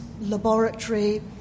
laboratory